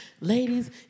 ladies